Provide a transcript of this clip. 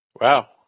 Wow